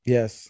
Yes